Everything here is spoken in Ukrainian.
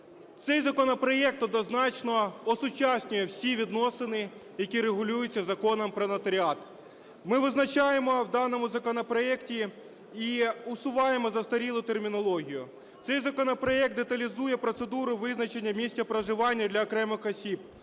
Цей законопроект однозначно осучаснює всі відносини, які регулюються Законом "Про нотаріат". Ми визначаємо у даному законопроекті і усуваємо застарілу термінологію. Цей законопроект деталізує процедуру визначення місця проживання для окремих осіб,